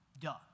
Duh